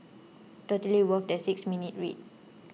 totally worth the six minutes read